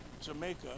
Jamaica